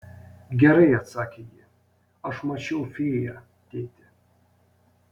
gerai atsakė ji aš mačiau fėją tėti